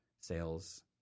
sales